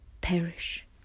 perish